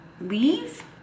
leave